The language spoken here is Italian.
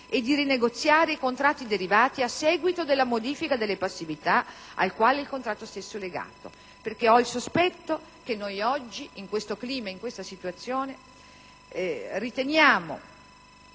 e di rinegoziare i contratti derivati a seguito della modifica della passività al quale il contratto stesso è collegato. Ho il sospetto che oggi, in questo clima, in questa situazione, riteniamo